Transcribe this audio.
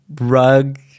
rug